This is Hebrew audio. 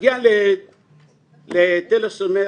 מגיע לתל השומר,